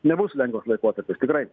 nebus lengvas laikotarpis tikrai